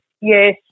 Yes